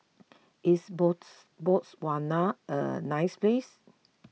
is bots Botswana a nice place